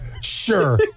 sure